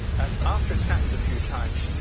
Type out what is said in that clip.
and after it's happened a few times,